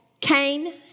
Cain